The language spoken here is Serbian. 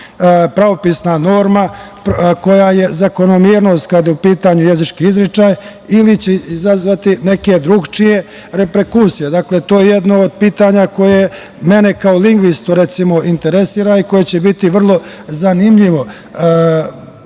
pravopisna norma koja je zakonomernost kada je u pitanju jezički izgovor ili će izazvati neke drugačije reperkusije? To je jedno od pitanja koje mene kao lingvistu interesuje i koje će biti vrlo zanimljivo